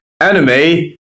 Anime